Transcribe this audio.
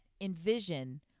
envision